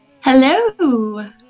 Hello